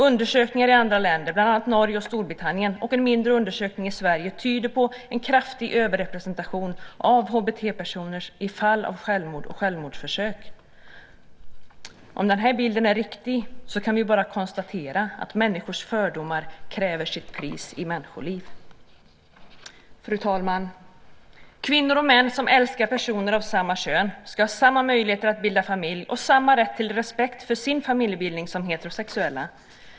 Undersökningar i andra länder, bland annat Norge och Storbritannien, och en mindre undersökning i Sverige tyder på en kraftig överrepresentation av HBT-personer i fall av självmord och självmordsförsök. Om den här bilden är riktig kan vi bara konstatera att människors fördomar kräver sitt pris i människoliv. Fru talman! Kvinnor och män som älskar personer av samma kön ska ha samma möjligheter att bilda familj och samma rätt till respekt för sin familjebildning som heterosexuella.